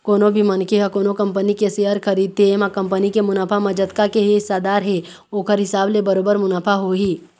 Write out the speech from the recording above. कोनो भी मनखे ह कोनो कंपनी के सेयर खरीदथे एमा कंपनी के मुनाफा म जतका के हिस्सादार हे ओखर हिसाब ले बरोबर मुनाफा होही